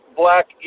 black